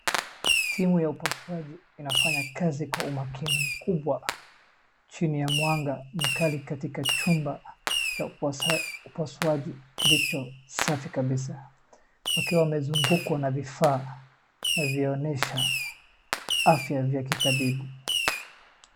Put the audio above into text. Timu ya upasuaji inafanya kazi kwa umakini mkubwa chini ya mwanga mkali katika cha upasuaji kilichosafi kabisa. Wakiwa wamezungukwa na vifaa vyoonesha afya vya kitabibu.